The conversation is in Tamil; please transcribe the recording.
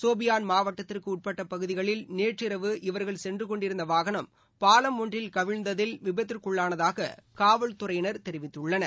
சோபியான் மாவட்டத்திற்கு உட்பட்டப் பகுதிகளில் நேறு இரவு இவர்கள் சென்று கொண்டிருந்த வாகனம் பாலம் ஒன்றில் ்கவிழ்ந்ததில் விபத்துக்குள்ளானதாக காவல்துறையினர் தெரிவித்தனர்